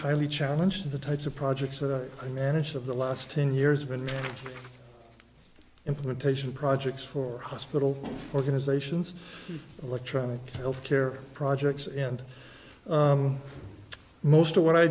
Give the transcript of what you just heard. highly challenge the types of projects that i manage of the last ten years been implementation projects for hospital organizations electronic health care projects and most of what i